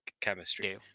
chemistry